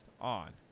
on